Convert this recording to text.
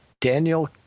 Daniel